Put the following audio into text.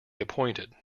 appointed